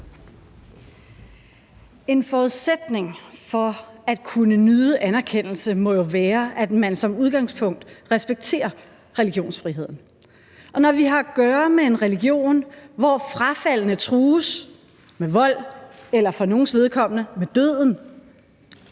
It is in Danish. En forudsætning for at kunne nyde anerkendelse må jo være, at man som udgangspunkt respekterer religionsfriheden. Og når vi har at gøre med en religion, hvis frafaldne trues med vold eller for nogles vedkommende med døden,